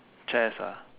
chess ah